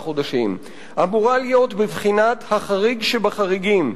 חודשים אמורה להיות בבחינת החריג שבחריגים,